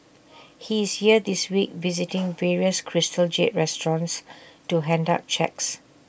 he is here this week visiting various crystal jade restaurants to hand out cheques